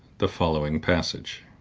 the following passage